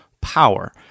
power